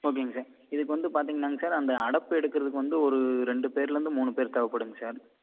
ஓகேங்க சார் இதுக்கு வந்து பார்த்தீங்கன்னாங்க சார் அந்த அடைப்பு எடுக்கிறதுக்கு வந்து ஒரு ரெண்டு பேர்லேருந்து மூணு பேர் தேவைப்படுங்க சார்